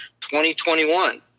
2021